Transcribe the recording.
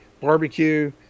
barbecue